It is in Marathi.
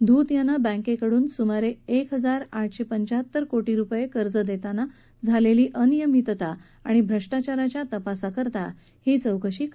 धूत यांना बँकेकडून सुमारे एक हजार आठशे पंचाहत्तर कोटी रुपये कर्ज देताना झालेली अनियमितता आणि भ्रष्टाचाराच्या तपासासाठी ही चौकशी केली जात आहे